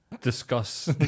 discuss